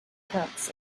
camps